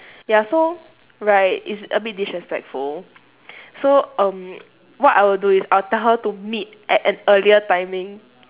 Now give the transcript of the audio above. ya so right it's a bit disrespectful so um what I would do is I'll tell her to meet at an earlier timing